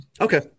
Okay